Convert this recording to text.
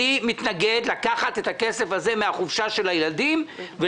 אני מתנגד לקחת את הכסף הזה מן החופשה של הילדים ולהפוך